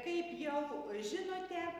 kaip jau žinote